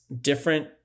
different